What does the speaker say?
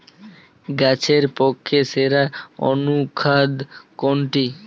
গাছের পক্ষে সেরা অনুখাদ্য কোনটি?